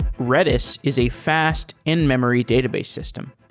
redis is a fast in-memory database system.